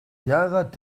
яагаад